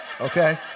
okay